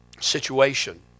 situation